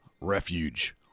Refuge